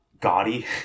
gaudy